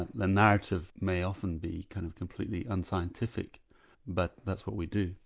the narrative may often be kind of completely unscientific but that's what we do.